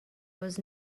was